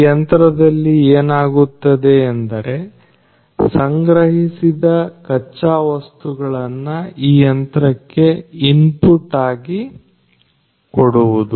ಈ ಯಂತ್ರದಲ್ಲಿ ಏನಾಗುತ್ತದೆಯೆಂದರೆ ಸಂಗ್ರಹಿಸಿದ ಕಚ್ಚಾ ವಸ್ತುಗಳನ್ನು ಈ ಯಂತ್ರಕ್ಕೆ ಇನ್ಪುಟ್ ಆಗಿ ಕೊಡುವುದು